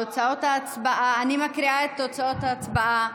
תוצאות ההצבעה אני מקריאה את תוצאות ההצבעה: